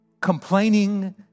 complaining